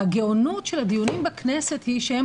הגאונות של הדיונים בכנסת היא שהם